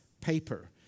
paper